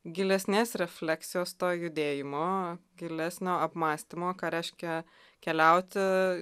gilesnės refleksijos to judėjimo gilesnio apmąstymo ką reiškia keliauti